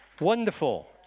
Wonderful